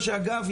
מה שאגב,